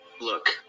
Look